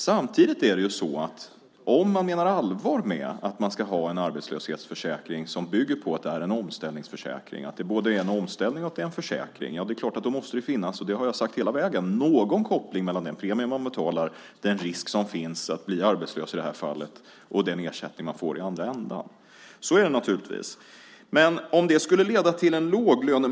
Samtidigt är det så att om man menar allvar med att man ska ha en arbetslöshetsförsäkring som bygger på att det är en omställningsförsäkring - att det både är en omställning och en försäkring - då måste det finnas någon koppling mellan den premie man betalar, den risk som finns att bli arbetslös och den ersättning man får. Det har jag sagt hela vägen, och så är det naturligtvis.